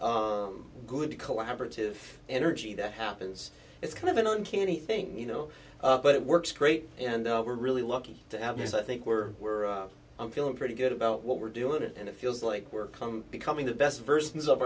good collaborative energy that happens it's kind of an uncanny thing you know but it works great and we're really lucky to have this i think we're feeling pretty good about what we're doing it and it feels like we're come becoming the best persons of